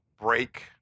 break